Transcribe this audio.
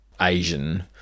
Asian